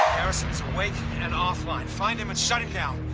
garrison's awake and offline. find him and shut him down.